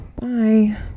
Bye